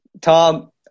Tom